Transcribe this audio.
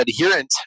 adherent